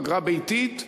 אגרה ביתית,